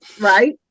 Right